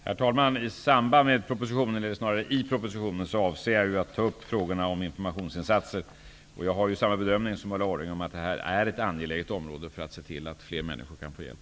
Herr talman! I propositionen avser jag att ta upp frågorna om informationsinsatser. Jag gör samma bedömning som Ulla Orring, att det här är ett angeläget område, för att se till att fler människor kan få hjälp.